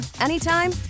anytime